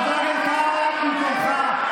שב במקומך,